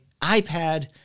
iPad